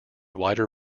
wider